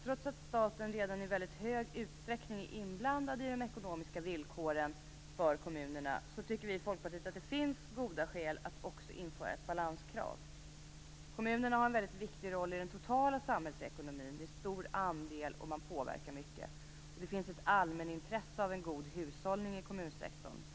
Trots att staten redan i stor utsträckning är inblandad i de ekonomiska villkoren för kommunerna tycker vi i Folkpartiet att det finns goda skäl att också införa ett balanskrav. Kommunerna har en väldigt viktig roll i den totala samhällsekonomin. De utgör en stor andel och påverkar den mycket. Det finns ett allmänintresse av en god hushållning i kommunsektorn.